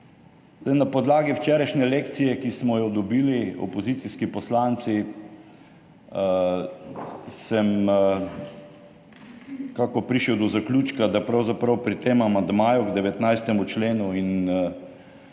Na podlagi včerajšnje lekcije, ki smo jo dobili opozicijski poslanci, sem nekako prišel do zaključka, da pravzaprav pri tem amandmaju k 19. členu in